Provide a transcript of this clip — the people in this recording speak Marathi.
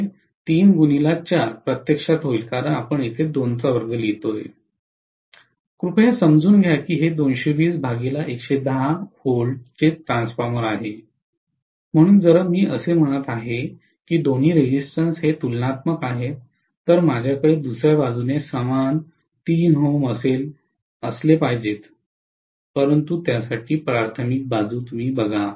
तर हे प्रत्यक्षात होईल कारण कृपया समजून घ्या की हे V ट्रान्सफॉर्मर आहे म्हणून जर मी असे म्हणत आहे की दोन्ही रेजिस्टन्सं तुलनात्मक आहेत तर माझ्याकडे दुसर्या बाजूने समान 3 Ω असले पाहिजेत परंतु प्राथमिक बाजू पहा